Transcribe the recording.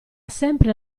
sempre